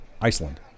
Iceland